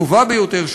הטובה ביותר,